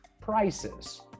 prices